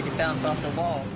bounce off the wall.